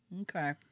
Okay